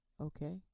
Okay